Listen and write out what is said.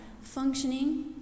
functioning